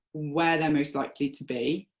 where they are most likely to be,